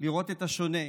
לראות את השונה.